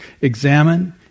Examine